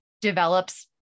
develops